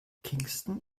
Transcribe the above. kingston